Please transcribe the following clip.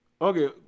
Okay